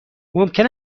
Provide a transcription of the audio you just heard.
ممکن